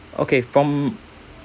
okay from